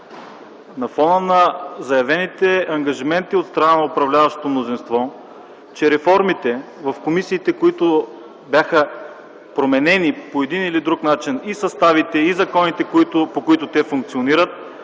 на фона на заявените ангажименти от страна на управляващото мнозинство, че реформите в комисиите, които бяха променени по един или друг начин – и съставите, и законите, по които те функционират,